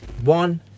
one